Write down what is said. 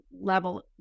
level